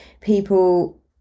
people